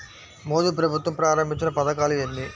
మోదీ ప్రభుత్వం ప్రారంభించిన పథకాలు ఎన్ని?